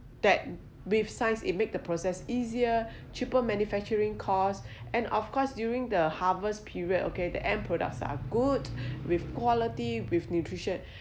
that with science it make the process easier cheaper manufacturing costs and of course during the harvest period okay the end products are good with quality with nutrition